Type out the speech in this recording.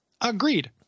Agreed